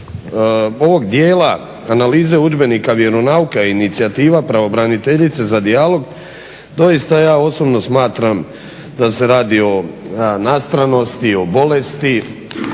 ovog dijela analize udžbenika vjeronauka i inicijativa pravobraniteljice za dijalog doista ja osobno smatram da se radi o nastranosti, o bolesti,